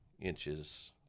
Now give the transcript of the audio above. inches